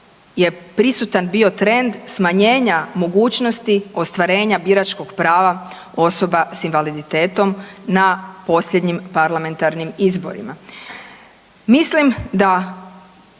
je prisutan bio trend smanjenja mogućnosti ostvarenja biračkog prava osoba s invaliditetom na posljednjim parlamentarnim izborima. Mislim da